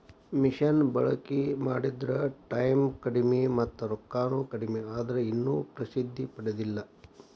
ಮಿಷನ ಬಳಕಿ ಮಾಡಿದ್ರ ಟಾಯಮ್ ಕಡಮಿ ಮತ್ತ ರೊಕ್ಕಾನು ಕಡಮಿ ಆದ್ರ ಇನ್ನು ಪ್ರಸಿದ್ದಿ ಪಡದಿಲ್ಲಾ